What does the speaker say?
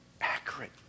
accurate